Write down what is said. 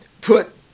put